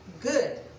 good